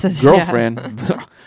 girlfriend